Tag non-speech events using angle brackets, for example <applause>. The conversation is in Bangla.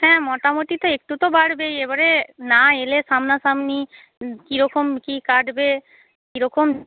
হ্যাঁ মোটামুটি তো একটু তো বাড়বেই এবারে না এলে সামনাসামনি <unintelligible> কীরকম কী কাটবে কীরকম